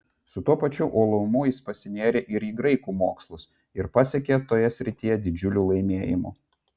su tuo pačiu uolumu jis pasinėrė ir į graikų mokslus ir pasiekė toje srityje didžiulių laimėjimų